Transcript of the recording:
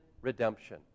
redemption